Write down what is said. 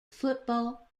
football